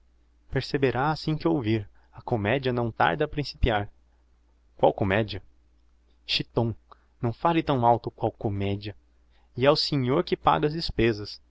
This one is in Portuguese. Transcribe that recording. perceberá assim que ouvir a comedia não tarda a principiar qual comédia chiton não fale tão alto qual comédia e é o senhor que paga as despêsas